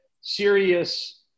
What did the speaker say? serious